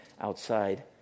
outside